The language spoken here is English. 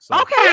Okay